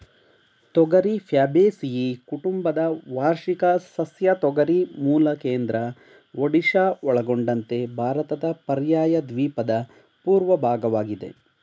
ತೊಗರಿ ಫ್ಯಾಬೇಸಿಯಿ ಕುಟುಂಬದ ವಾರ್ಷಿಕ ಸಸ್ಯ ತೊಗರಿ ಮೂಲ ಕೇಂದ್ರ ಒಡಿಶಾ ಒಳಗೊಂಡಂತೆ ಭಾರತದ ಪರ್ಯಾಯದ್ವೀಪದ ಪೂರ್ವ ಭಾಗವಾಗಿದೆ